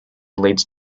leads